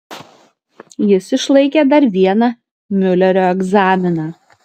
jis išlaikė dar vieną miulerio egzaminą